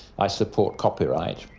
i support copyright,